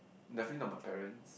definitely not my parents